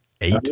eight